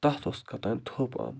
تَتھ اوس کَتھ تانۍ تھوٚپ آمُت